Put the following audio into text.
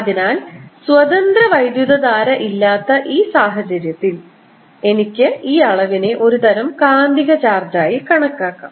അതിനാൽ സ്വതന്ത്ര വൈദ്യുതധാര ഇല്ലാത്ത ഈ സാഹചര്യത്തിൽ എനിക്ക് ഈ അളവിനെ ഒരുതരം കാന്തിക ചാർജായി കണക്കാക്കാം